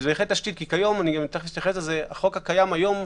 זו בהחלט תשתית כי החוק הקיים היום,